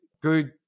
good